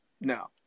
No